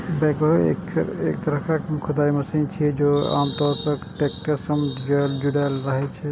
backhoe एक तरहक खुदाइ मशीन छियै, जे आम तौर पर टैक्टर सं जुड़ल रहै छै